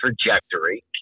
trajectory